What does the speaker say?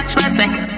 perfect